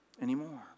anymore